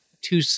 two